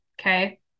Okay